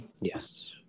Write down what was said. Yes